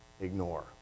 ignore